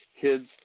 Kids